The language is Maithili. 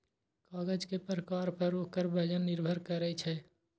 कागज के प्रकार पर ओकर वजन निर्भर करै छै